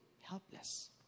helpless